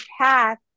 path